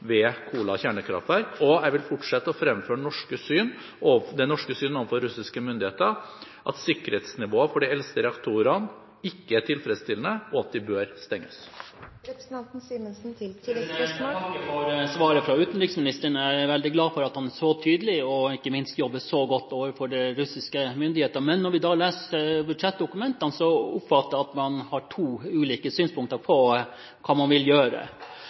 ved Kola kjernekraftverk, og jeg vil fortsette å fremføre det norske synet overfor russiske myndigheter – at sikkerhetsnivået for de eldste reaktorene ikke er tilfredsstillende, og at de bør stenges. Jeg takker for svaret fra utenriksministeren, og er veldig glad for at han er så tydelig og ikke minst jobber så godt overfor russiske myndigheter. Men når jeg leser budsjettdokumentene, oppfatter jeg at man har to ulike synspunkter på hva man vil gjøre.